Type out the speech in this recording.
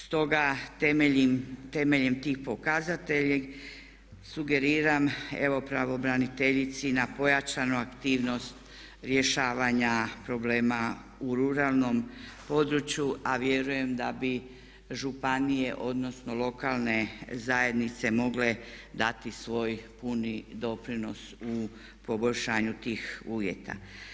Stoga temeljem tih pokazatelja sugeriram evo pravobraniteljici na pojačanu aktivnost rješavanja problema u ruralnom području a vjerujem da bi županije odnosno lokalne zajednice mogle dati svoj puni doprinos u poboljšanju tih uvjeta.